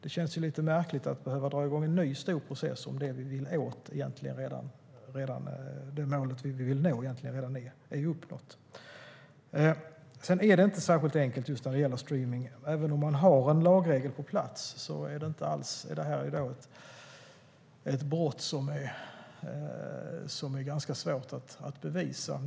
Det känns nämligen märkligt att dra igång en ny, stor process ifall det mål vi vill uppnå redan är uppnått. Just när det gäller streamning är det inte särskilt enkelt. Det är ett brott som är ganska svårt att bevisa, även om man har en lagregel på plats.